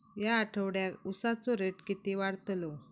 या आठवड्याक उसाचो रेट किती वाढतलो?